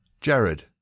Jared